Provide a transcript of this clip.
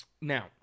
Now